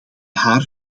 haar